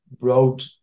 road